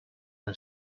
him